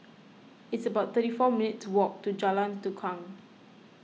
it's about thirty four minutes' walk to Jalan Tukang